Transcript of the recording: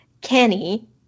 Kenny